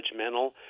judgmental